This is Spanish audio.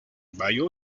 mayo